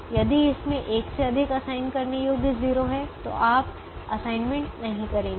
यदि इसमें 1 से अधिक असाइन करने योग्य 0 है तो आप असाइनमेंट नहीं करेंगे